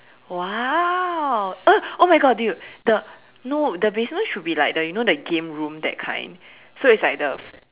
!wow! uh oh my God dude the no the basement should be like the you know the game room that kind so it's like the